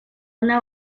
una